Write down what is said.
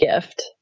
gift